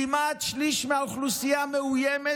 כמעט שליש מהאוכלוסייה מאוימת